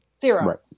Zero